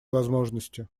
возможностью